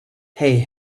hey